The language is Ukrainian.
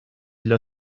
для